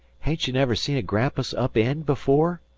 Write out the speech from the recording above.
hain't ye never seen a grampus up-eend before?